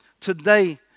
today